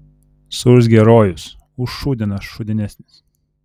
suurzgė rojus už šūdiną šūdinesnis